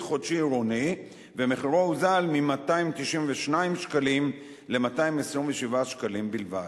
חודשי" עירוני ומחירו הוזל מ-292 שקלים ל-227 שקלים בלבד.